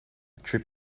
trip